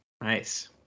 Nice